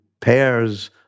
pairs